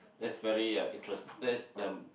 that's very uh interest that's the